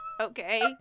Okay